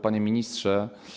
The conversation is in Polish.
Panie Ministrze!